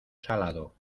salado